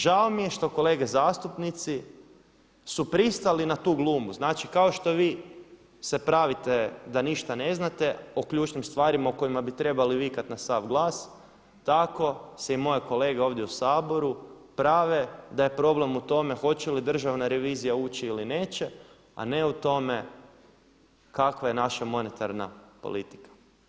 Žao mi je što kolege zastupnici su pristali na tu glumu, znači kao što vi se pravite da ništa ne znate o ključnim stvarima o kojima bi trebali vikati na sav glas tako se i moje kolege ovdje u Saboru prave da je problem u tome hoće li Državna revizija ući ili neće a ne u tome kakva je naša monetarna politika?